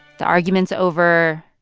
the argument's over.